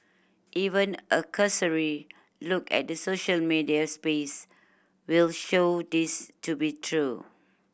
even a cursory look at the social media space will show this to be true